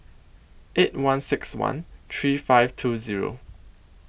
eight one six one three five two Zero